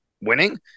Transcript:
winning